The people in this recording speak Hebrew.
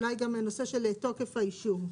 אולי גם הנושא של תוקף האישור,